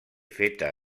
feta